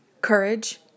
courage